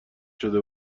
شده